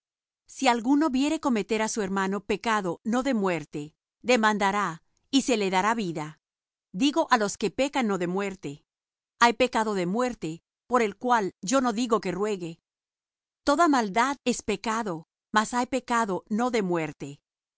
si alguno viere cometer á su hermano pecado no de muerte demandará y se le dará vida digo á los que pecan no de muerte hay pecado de muerte por el cual yo no digo que ruegue toda maldad es pecado mas hay pecado no de muerte